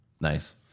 Nice